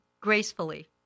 gracefully